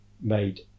made